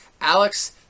Alex